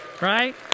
Right